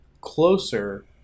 closer